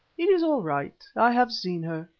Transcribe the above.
it is all right i have seen her.